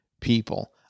people